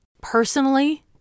personally